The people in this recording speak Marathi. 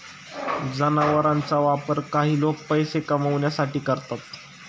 जनावरांचा वापर काही लोक पैसे कमावण्यासाठी करतात